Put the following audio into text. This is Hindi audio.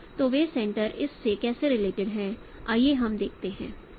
तो वे सेंटर इस से कैसे रिलेटेड हैं आइए हम देखते हैं